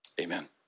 amen